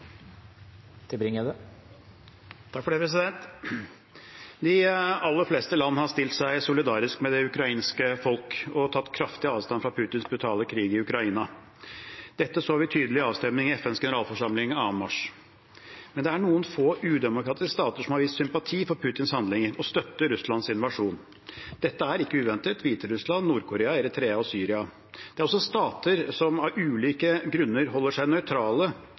De aller fleste land har stilt seg solidarisk med det ukrainske folk og tatt kraftig avstand fra Putins brutale krig i Ukraina. Dette så vi tydelig i avstemningen i FNs generalforsamling 2. mars. Men det er noen få udemokratiske stater som har vist sympati for Putins handlinger, og støtter Russlands invasjon. Dette er ikke uventet Hviterussland, Nord-Korea, Eritrea og Syria. Det er også stater som av ulike grunner holder seg nøytrale,